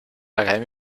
academy